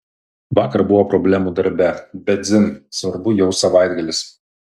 vakar buvo problemų darbe bet dzin svarbu jau savaitgalis